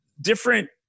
different